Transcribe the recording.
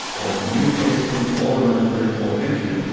or communicating or remembering or thinking,